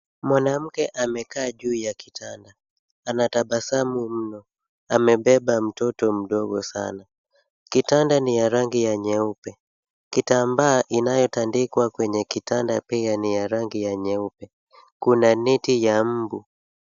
Mwanamke amekaa juu ya kitanda. Anatabasamu mno. Amebeba mtoto mdogo sana. Kitanda ni ya rangi ya nyeupe. Kitambaa inayotandikwa kwenye kitanda pia ni ya rangi ya nyeupe. Kuna neti ya mbu.